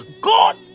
god